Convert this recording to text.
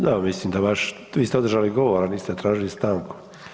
Da, mislim da vaš, vi ste održali govor a niste tražili stanku.